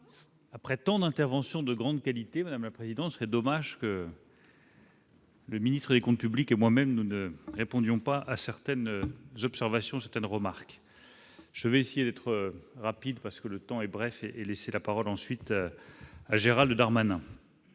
après tant d'intervention de grande qualité, madame la présidence serait dommage que. Le ministre des comptes publics et moi-même nous ne répondions pas à certaines observations certaines remarques, je vais essayer d'être rapide parce que le temps est bref et laisser la parole ensuite Gérald Harman,